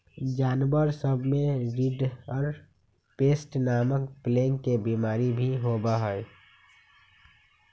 जानवर सब में रिंडरपेस्ट नामक प्लेग के बिमारी भी होबा हई